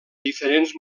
diferents